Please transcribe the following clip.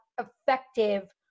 effective